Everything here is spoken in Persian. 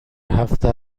هفته